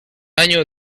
año